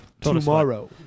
tomorrow